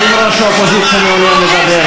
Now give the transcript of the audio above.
האם ראש האופוזיציה מעוניין לדבר?